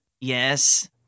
Yes